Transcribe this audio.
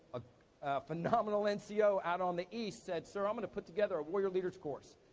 a phenomenal and so nco out on the east said, sir, i'm gonna put together a warrior leaders course.